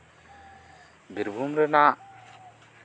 ᱵᱤᱨᱵᱷᱩᱢ ᱨᱮᱱᱟᱜ